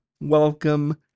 welcome